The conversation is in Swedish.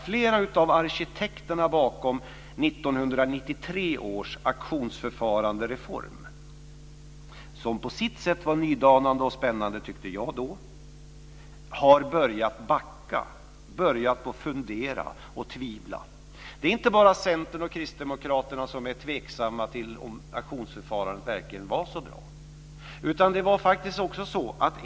Flera av arkitekterna bakom 1993 års auktionsförfarandereform som på sitt sätt var nydanande och spännande, tyckte jag, har börjat att backa. De har börjat att fundera och tvivla. Det är inte bara Centern och Kristdemokraterna som är tveksamma till om auktionsförfarandet verkligen var så bra.